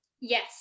Yes